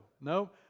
No